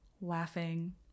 laughing